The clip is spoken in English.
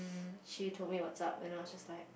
she told me what's up and I was just like